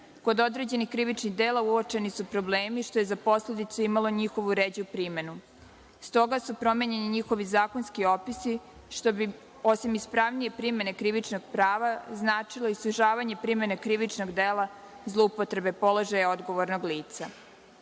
određenih krivičnih dela uočeni su problemi, što je za posledicu imalo njihovu ređu primenu. Stoga su promenjeni njihovi zakonski opisi što bi, osim ispravnije primene krivičnog prava, značilo i sužavanje primene krivičnog dela zloupotrebe položaja odgovornog